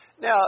Now